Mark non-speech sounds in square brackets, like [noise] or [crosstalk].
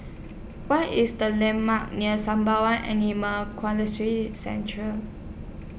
What IS The landmarks near Sembawang Animal [unintelligible] Central